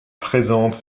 présente